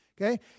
Okay